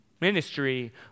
Ministry